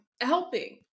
helping